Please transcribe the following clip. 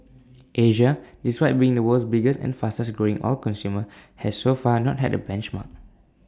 Asia despite being the world's biggest and fastest growing oil consumer has so far not had A benchmark